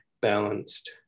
balanced